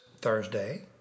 Thursday